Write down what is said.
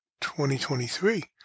2023